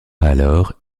alors